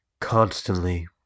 Constantly